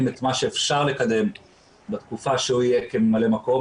את מה שאפשר לקדם בתקופה שהוא יהיה ממלא מקום.